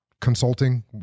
consulting